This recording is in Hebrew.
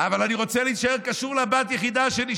אבל אני רוצה להישאר קשור לבת היחידה שלי,